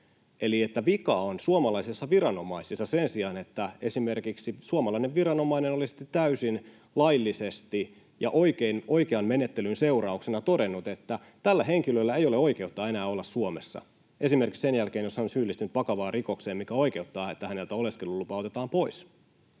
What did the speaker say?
ja vika on suomalaisissa viranomaisissa, sen sijaan, että esimerkiksi suomalainen viranomainen olisi täysin laillisesti ja oikean menettelyn seurauksena todennut, että tällä henkilöllä ei ole oikeutta enää olla Suomessa, esimerkiksi sen jälkeen, jos hän on syyllistynyt vakavaan rikokseen, mikä oikeuttaa, että häneltä oleskelulupa otetaan pois.